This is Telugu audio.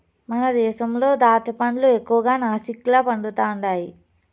మన దేశంలో దాచ్చా పండ్లు ఎక్కువగా నాసిక్ల పండుతండాయి